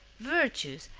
virtues,